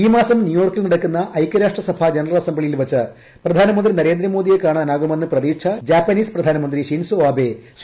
ഈ മാസം ന്യൂയോർക്കിൽ നടക്കുന്ന ഐക്യരാഷ്ട്രസഭയുടെ ജനറൽ അസംബ്ലിയിൽ വച്ച് പ്രധാനമന്ത്രി നരേന്ദ്രമോദിയെ കാണാനാകുമെന്ന് പ്രതീക്ഷ ജാപ്പനീസ് പ്രധാനമന്ത്രി ഷിൻസൊ ആബെ ശ്രീ